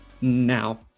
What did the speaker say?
now